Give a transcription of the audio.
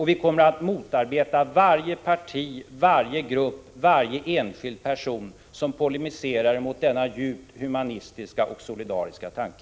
Vi kommer att motarbeta varje parti, varje grupp, varje enskild person som polemiserar mot denna djupt humanitära och solidariska tanke.